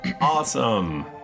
Awesome